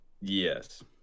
Yes